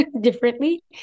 differently